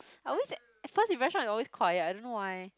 I always at first impression its always quiet I don't know why